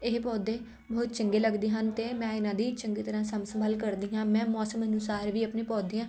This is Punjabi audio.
ਇਹ ਪੌਦੇ ਬਹੁਤ ਚੰਗੇ ਲੱਗਦੇ ਹਨ ਅਤੇ ਮੈਂ ਇਹਨਾਂ ਦੀ ਚੰਗੀ ਤਰ੍ਹਾਂ ਸਾਂਭ ਸੰਭਾਲ ਕਰਦੀ ਹਾਂ ਮੈਂ ਮੌਸਮ ਅਨੁਸਾਰ ਵੀ ਆਪਣੇ ਪੌਦਿਆਂ